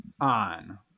on